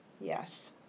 Yes